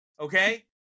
Okay